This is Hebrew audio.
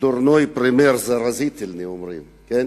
דורנוי פרימר זרזיתלני, זאת